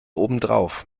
obendrauf